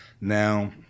now